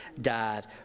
died